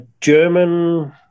German